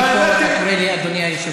כשאני פה, אתה קורא לי "אדוני היושב-ראש".